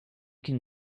can